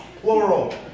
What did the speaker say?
plural